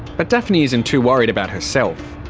but daphne isn't too worried about herself.